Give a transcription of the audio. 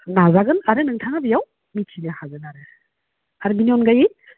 नाजागोन आरो नोंथाङा बेयाव मिथिनो हागोन आरो आरो बिनि अनगायै